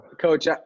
Coach